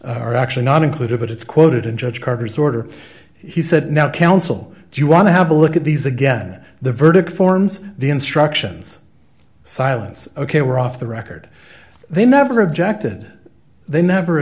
are actually not included but it's quoted in judge parker's order he said now counsel do you want to have a look at these again the verdict forms the instructions silence ok we're off the record they never objected they never